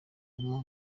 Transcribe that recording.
kujyamo